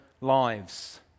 lives